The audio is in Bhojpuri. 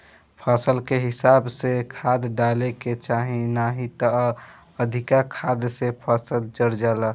फसल के हिसाबे से खाद डाले के चाही नाही त अधिका खाद से फसल जर जाला